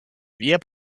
wir